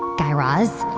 guy raz,